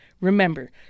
Remember